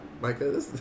Micah